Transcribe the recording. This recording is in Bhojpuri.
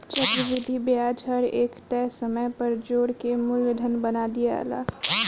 चक्रविधि ब्याज हर एक तय समय पर जोड़ के मूलधन बना दियाला